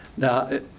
Now